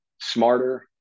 smarter